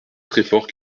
treffort